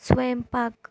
स्वयंपाक